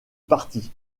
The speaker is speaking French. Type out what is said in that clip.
parti